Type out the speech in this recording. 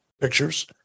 Pictures